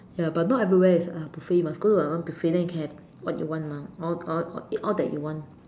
ya but not everywhere is uh buffet must go to a one buffet then can have what you want mah or or or eat all that you want